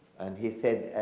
and he said,